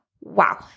Wow